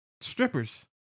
strippers